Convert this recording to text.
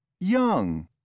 Young